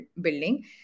building